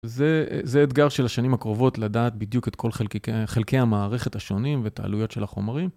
זה אתגר של השנים הקרובות לדעת בדיוק את כל חלקי המערכת השונים ואת העלויות של החומרים.